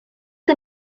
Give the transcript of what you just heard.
que